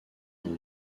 dans